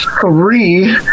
three